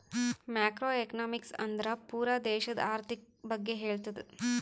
macro economics ಅಂದುರ್ ಪೂರಾ ದೇಶದು ಆರ್ಥಿಕ್ ಬಗ್ಗೆ ಹೇಳ್ತುದ